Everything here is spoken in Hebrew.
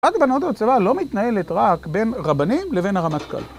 רק בנות בצבא, לא מתנהלת רק בין רבנים לבין הרמטכל.